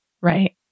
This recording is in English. Right